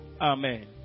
amen